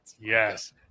Yes